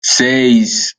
seis